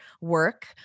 work